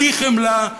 בלי חמלה,